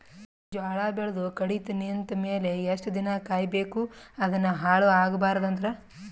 ಜೋಳ ಬೆಳೆದು ಕಡಿತ ನಿಂತ ಮೇಲೆ ಎಷ್ಟು ದಿನ ಕಾಯಿ ಬೇಕು ಅದನ್ನು ಹಾಳು ಆಗಬಾರದು ಅಂದ್ರ?